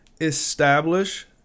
establish